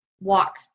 walk